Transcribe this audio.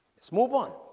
it's move on